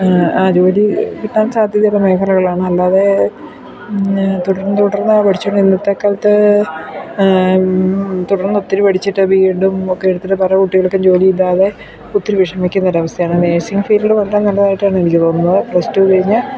ആ ജോലി കിട്ടാൻ സാധ്യതയുള്ള മേഖലകളാണ് അല്ലാതെ തുടർന്നു തുടർന്നു പഠിച്ചു കൊണ്ട് ഇന്നത്തെ കാലത്ത് തുടർന്ന് ഒത്തിരി പഠിച്ചിട്ട് ബീഎഡും ഒക്കെ എടുത്തിട്ടും പല കുട്ടികൾക്കും ജോലി ഇല്ലാതെ ഒത്തിരി വിഷമിക്കുന്ന ഒരു അവസ്ഥയാണ് നഴ്സിംഗ് ഫീൽഡിൽ വന്നാൽ നല്ലതായിട്ടാണ് എനിക്ക് തോന്നുന്നത് പ്ലസ് ടു കഴിഞ്ഞു